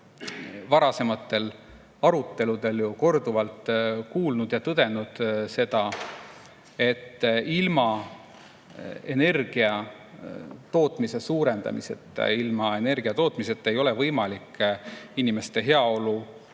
varasematel aruteludel korduvalt kuulnud ja tõdenud seda, et ilma energia tootmise suurendamiseta ja ilma energia tootmiseta ei ole võimalik inimeste heaolu